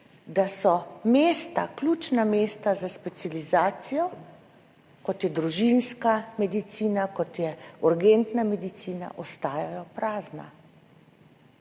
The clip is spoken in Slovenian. da so mesta, ključna mesta za specializacijo, kot je družinska medicina, kot je urgentna medicina, ostajajo prazna.